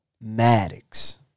Maddox